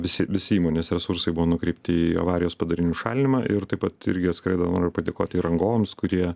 visi visi įmonės resursai buvo nukreipti į avarijos padarinių šalinimą ir taip pat irgi atskirai dar noriu padėkoti rangovams kurie